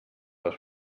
les